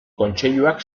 kontseiluak